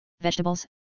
vegetables